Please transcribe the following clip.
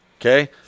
okay